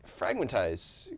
Fragmentize